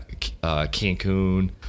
Cancun